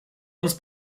uns